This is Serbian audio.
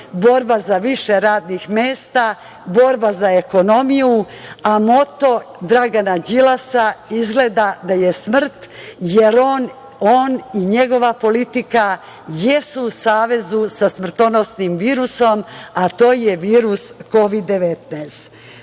borba za više radnih mesta, borba za ekonomiju, a moto Dragana Đilasa izgleda da je smrt, jer on i njegova politika jesu u savezu sa smrtonosnim virusom, a to je virus Kovid